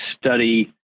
study